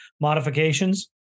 modifications